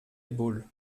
ball